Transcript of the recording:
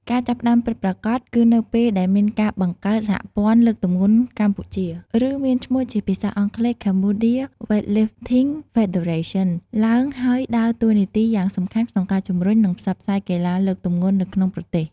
ការចាប់ផ្តើមពិតប្រាកដគឺនៅពេលដែលមានការបង្កើត សហព័ន្ធលើកទម្ងន់កម្ពុជា ឬមានឈ្មោះជាភាសាអង់គ្លេស Cambodia Weightlifting Federation ឡើង ហើយ ដើរតួនាទីយ៉ាងសំខាន់ក្នុងការជំរុញ និងផ្សព្វផ្សាយកីឡាលើកទម្ងន់នៅក្នុងប្រទេស។